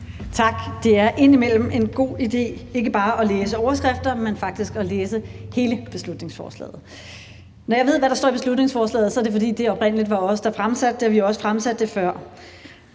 Tak. Det er indimellem en god idé ikke bare at læse overskrifter, men faktisk at læse hele beslutningsforslaget. Når jeg ved, hvad der står i beslutningsforslaget, er det, fordi det oprindelig var os, der fremsatte det, og vi har også fremsat det før.